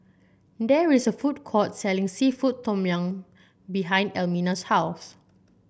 there is a food court selling seafood Tom Yum behind Elmina's house